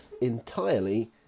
entirely